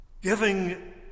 Giving